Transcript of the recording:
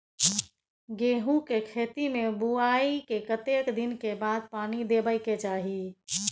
गेहूँ के खेती मे बुआई के कतेक दिन के बाद पानी देबै के चाही?